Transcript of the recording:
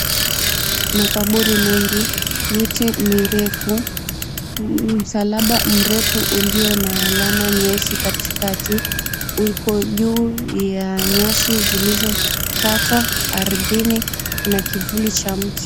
Makaburi mengi, miti mirefu, msalaba mrefu ulio na alama nyeusi katikati. Uko juu ya nyasi zilizokatwa. Ardhini kuna kivuli cha mti.